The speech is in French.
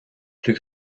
plus